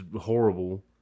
horrible